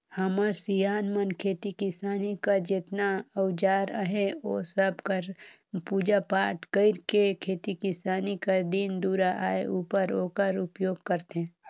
हमर सियान मन खेती किसानी कर जेतना अउजार अहे ओ सब कर पूजा पाठ कइर के खेती किसानी कर दिन दुरा आए उपर ओकर उपियोग करथे